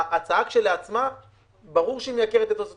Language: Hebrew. ברור שההצעה כשלעצמה מייקרת את הוצאות